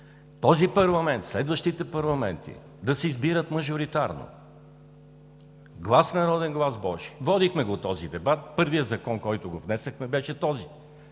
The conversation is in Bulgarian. този парламент, следващите парламенти да се избират мажоритарно – глас народен, глас божи! Водихме го този дебат. Първия законопроект, който внесохме, беше този